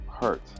hurt